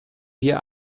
wir